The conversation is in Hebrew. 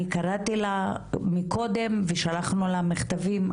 אני קראתי לה מקודם ושלחנו לה מכתבים,